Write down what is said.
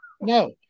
no